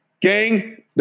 Gang